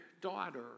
daughter